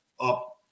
up